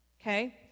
okay